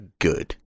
good